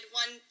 one